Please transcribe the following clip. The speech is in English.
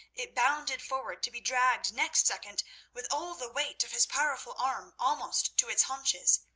it bounded forward, to be dragged next second with all the weight of his powerful arm almost to its haunches.